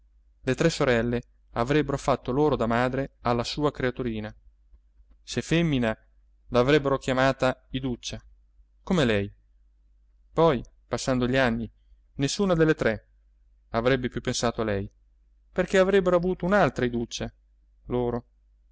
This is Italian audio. le tre sorelle avrebbero fatto loro da madre alla sua creaturina se femmina l'avrebbero chiamata iduccia come lei poi passando gli anni nessuna delle tre avrebbe più pensato a lei perché avrebbero avuto un'altra iduccia loro